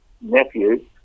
nephew